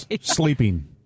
Sleeping